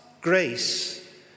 grace